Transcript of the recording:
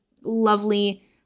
lovely